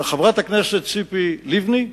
וחברת הכנסת ציפי לבני.